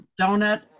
donut